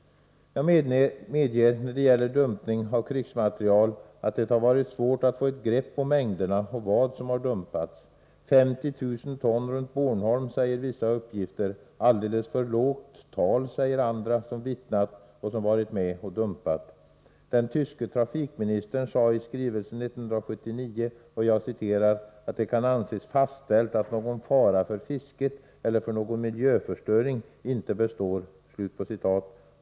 Jag medger när det gäller dumpning av krigsmaterial att det har varit svårt att få ett grepp om mängderna och vad som dumpats. 50 000 ton runt Bornholm säger vissa uppgifter. Alldeles för lågt tal, säger andra som vittnat och som varit med och dumpat. Den tyske trafikministern sade i skrivelse 1979 ”att det kan anses fastställt att någon fara för fisket eller för någon miljöförstöring inte består”.